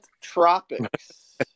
Tropics